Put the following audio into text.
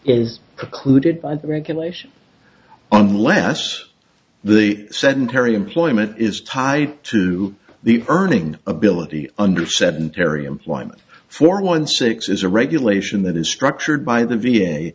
occluded by regulation unless the sedentary employment is tied to the earning ability under sedentary employment for one six is a regulation that is structured by the v